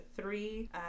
three